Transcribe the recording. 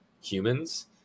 humans